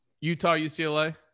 Utah-UCLA